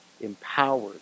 empowered